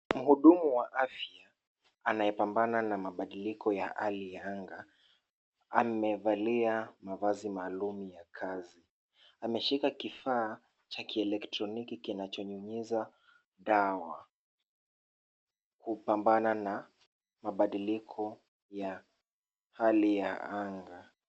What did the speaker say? Mhudumu wa afya anayepambana na mabadiliko ya hali ya anga, amevalia mavazi maalum ya kazi. Ameshika kifaa cha kielektroniki kinachonyunyiza dawa, kupambana na mabadiliko ya hali ya anga.